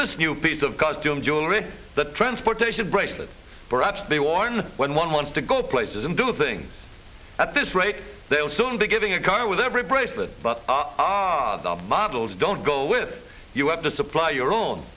this new piece of costume jewelry the transportation bracelet perhaps they worn when one wants to go places and do things at this rate they will soon be giving a car with every bracelet but are the models don't go with you have to supply your own